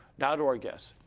now, to our guests.